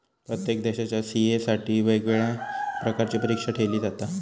प्रत्येक देशाच्या सी.ए साठी वेगवेगळ्या प्रकारची परीक्षा ठेयली जाता